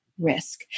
risk